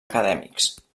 acadèmics